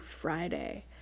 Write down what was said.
Friday